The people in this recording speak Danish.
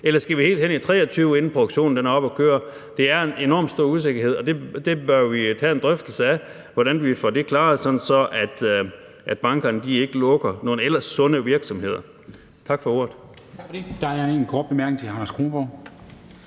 eller skal vi helt hen i 2023, inden produktionen er oppe at køre? Det er en enormt stor usikkerhed, og det bør vi tage en drøftelse af, altså hvordan vi får det klaret, sådan at bankerne ikke lukker nogle ellers sunde virksomheder.